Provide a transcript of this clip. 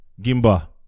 Gimba